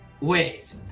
Wait